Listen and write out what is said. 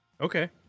Okay